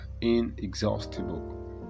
inexhaustible